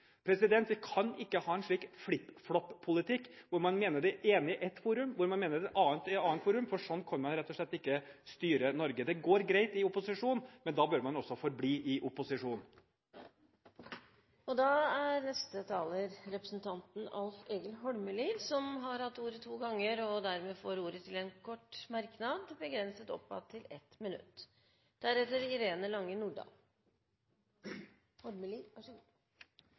Vi kan ikke ha en slik flikkflakk-politikk, hvor man mener det ene i ett forum, og hvor man mener noe annet i et annet forum. Sånn kan man rett og slett ikke styre Norge. Det går greit i opposisjon, men da bør man også forbli i opposisjon. Alf Egil Holmelid har hatt ordet to ganger og får ordet til en kort merknad, begrenset til 1 minutt.